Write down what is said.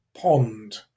pond